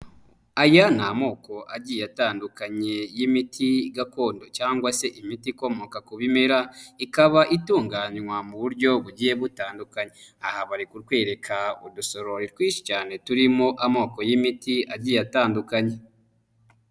Aya ni amoko agiye atandukanye y'imiti gakondo cyangwa se imiti ikomoka ku bimera, ikaba itunganywa mu buryo bugiye butandukanye, aha bari kutwereka udusorori twinshi cyane turimo amoko y'imiti agiye atandukanye.